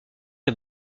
est